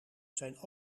zijn